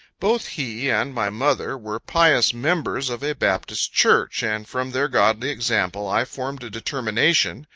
both he and my mother were pious members of a baptist church, and from their godly example, i formed a determination,